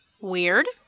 Weird